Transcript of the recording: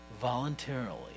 voluntarily